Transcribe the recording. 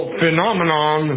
phenomenon